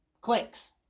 clicks